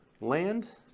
land